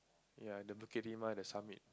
ya the Bukit-Timah the summit